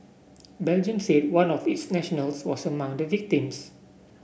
Belgium said one of its nationals was among the victims